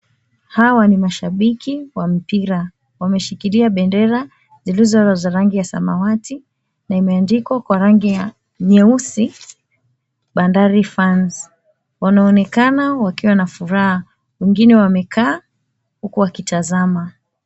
Hawa ni mashabiki wa mpira. Wameshikilia bendera zilizo za rangi ya samawati na imeandikwa kwa rangi ya nyeusi Bandari Fans . Wanaonekana wakiwa na furaha, wengine wamekaa huku wakitazama.